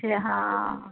છે હા